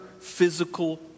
physical